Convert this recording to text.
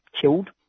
killed